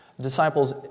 Disciples